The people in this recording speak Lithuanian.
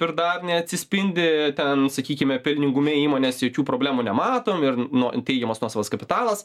ir dar neatsispindi ten sakykime pelningume įmonės jokių problemų nematom ir nuo teigiamas nuosavas kapitalas